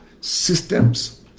systems